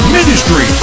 Ministry